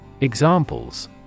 Examples